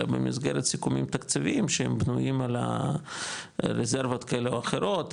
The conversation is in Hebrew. אלא במסגרת סיכומים תקציביים שהם בנויים על רזרבות כאלה ואחרות,